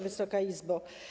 Wysoka Izbo!